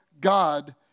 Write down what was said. God